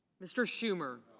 mr. schumer.